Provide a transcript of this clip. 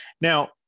Now